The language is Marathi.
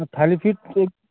थालीपीठ एक